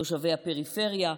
תושבי הפריפריה,